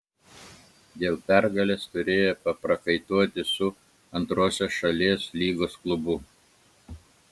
dėl pergalės turėjo paprakaituoti su antrosios šalies lygos klubu